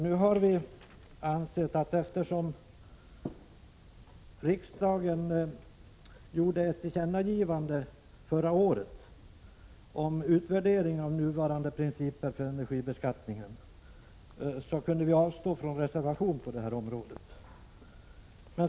Eftersom riksdagen förra året gjorde ett tillkännagivande om utvärdering av nuvarande principer för energibeskattningen har vi ansett oss kunna avstå från reservation på detta område.